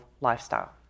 lifestyle